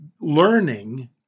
learning